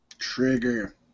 Trigger